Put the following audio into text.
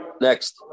Next